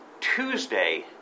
Tuesday